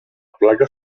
placa